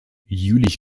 jülich